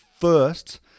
first